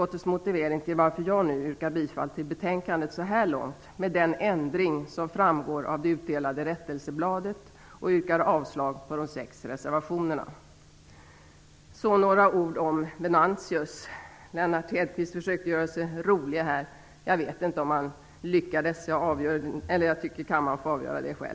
Detta är motiveringen till att jag så här långt yrkar bifall till utskottets hemställan, med den ändring som framgår av det utdelade rättelsebladet, och yrkar avslag på de sex reservationerna. Så några ord om Venantius. Lennart Hedquist försökte i det sammanhanget göra sig rolig. Jag vet inte om han lyckades - det får kammarens ledamöter själva avgöra.